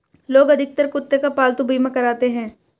लोग अधिकतर कुत्ते का पालतू बीमा कराते हैं